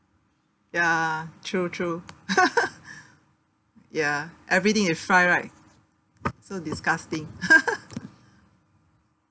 ya true true ya everything is fry right so disgusting